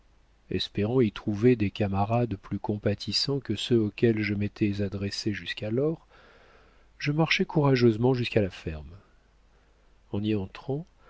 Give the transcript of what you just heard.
espérant y trouver des camarades plus compatissants que ceux auxquels je m'étais adressé jusqu'alors je marchai courageusement jusqu'à la ferme en y entrant